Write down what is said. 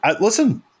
Listen